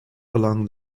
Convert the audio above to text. along